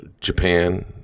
Japan